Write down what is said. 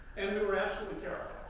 and we were absolutely terrified.